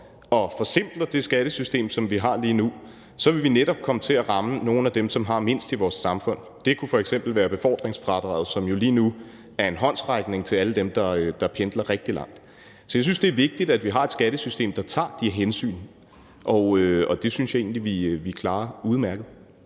og forsimpler det skattesystem, som vi har lige nu, så netop vil komme til at ramme nogle af dem, som har mindst i vores samfund. Det kunne f.eks. være i forhold til befordringsfradraget, som jo lige nu er en håndsrækning til alle dem, der pendler rigtig langt. Så jeg synes, det er vigtigt, at vi har et skattesystem, der tager de hensyn, og det synes jeg egentlig vi klarer udmærket.